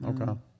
okay